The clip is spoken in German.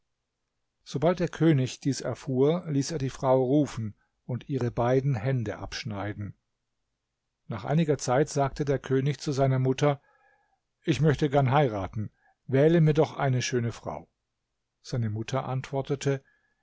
sobald der könig dies erfuhr ließ er die frau rufen und ihre beiden hände abschneiden nach einiger zeit sagte der könig zu seiner mutter ich möchte gern heiraten wähle mir doch eine schöne frau seine mutter antwortete